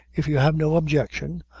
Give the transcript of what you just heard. if you have no objection,